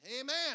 Amen